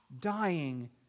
dying